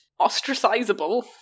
ostracizable